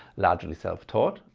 largely self-taught,